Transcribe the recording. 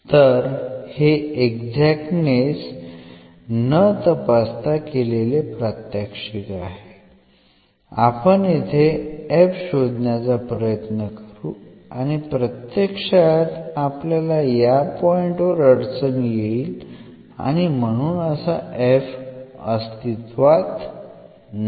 तर हे एक्झाक्टनेस ना तपासता केलेले प्रात्यक्षिक आहे आपण येथे f शोधण्याचा प्रयत्न करू आणि प्रत्यक्षात आपल्याला या पॉईंट वर अडचण येईल आणि म्हणून असा f अस्तित्वात नाही